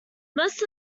most